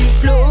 flow